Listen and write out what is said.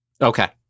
Okay